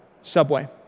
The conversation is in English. Subway